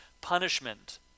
punishment